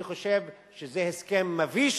אני חושב שזה הסכם מביש,